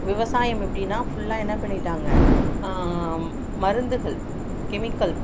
விவசாயம் எப்படின்னா ஃபுல்லாக என்ன பண்ணிவிட்டாங்க மருந்துகள் கெமிக்கல்